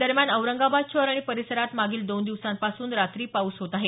दरम्यान औरंगाबाद शहर आणि परिसरात मागील दोन दिवसांपासून रात्री पाऊस होत आहे